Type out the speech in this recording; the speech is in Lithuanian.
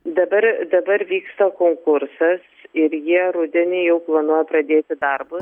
dabar dabar vyksta konkursas ir jie rudenį jau planuoja pradėti darbus